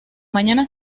mañana